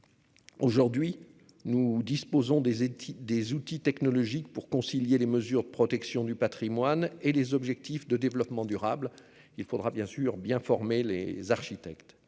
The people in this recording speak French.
Aujourd'hui, nous disposons des et des outils technologiques pour concilier les mesures de protection du Patrimoine et les objectifs de développement durable, il faudra bien sûr bien former les architectes